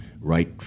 right